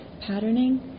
patterning